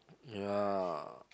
ya